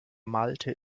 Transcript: malte